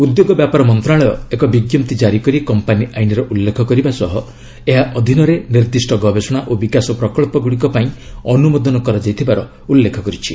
ଉଦ୍ୟୋଗ ବ୍ୟାପାର ମନ୍ତ୍ରଣାଳୟ ଏକ ବିଞ୍ଜପ୍ତି ଜାରି କରି କମ୍ପାନୀ ଆଇନ୍ର ଉଲ୍ଲ୍ଖେଖ କରିବା ସହ ଏହା ଅଧୀନରେ ନିର୍ଦ୍ଦିଷ୍ଟ ଗବେଷଣା ଓ ବିକାଶ ପ୍ରକଳ୍ପ ଗୁଡ଼ିକ ପାଇଁ ଅନୁମୋଦନ କରାଯାଇଥିବାର ଉଲ୍ଲେଖ କରିଛି